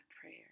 prayer